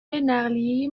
نقلیه